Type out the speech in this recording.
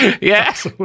Yes